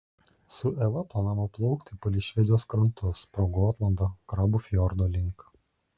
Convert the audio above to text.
su eva planavo plaukti palei švedijos krantus pro gotlandą krabų fjordo link